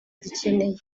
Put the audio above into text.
gikeneye